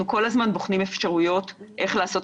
בוחנים אפשרויות איך לעשות